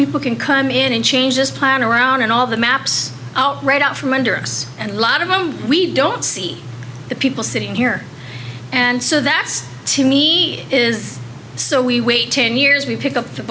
people can come in and change this plan around and all the maps right out from under us and lot of them we don't see the people sitting here and so that's to me is so we wait ten years we pick up t